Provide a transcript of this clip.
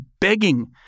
begging